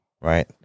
Right